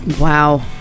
Wow